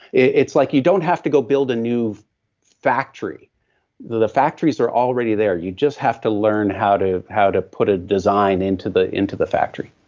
it's like you don't have to go build a new factory the factories are already there. you just have to learn how to how to put a design into the into the factory.